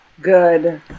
good